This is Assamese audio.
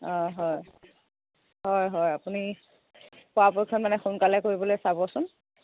অঁ হয় হয় হয় আপুনি পৰাপক্ষত মানে সোনকালে কৰিবলে চাবচোন